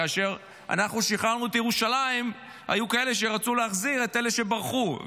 כאשר אנחנו שחררנו את ירושלים היו כאלה שרצו להחזיר את אלה שברחו,